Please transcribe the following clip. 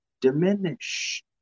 diminish